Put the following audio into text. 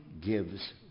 gives